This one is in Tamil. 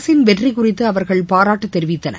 அரசின் வெற்றி குறித்து அவர்கள் பாராட்டு தெரிவித்தனர்